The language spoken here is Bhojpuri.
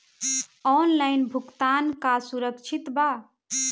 ऑनलाइन भुगतान का सुरक्षित बा?